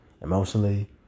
emotionally